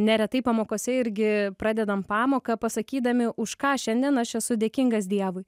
neretai pamokose irgi pradedam pamoką pasakydami už ką šiandien aš esu dėkingas dievui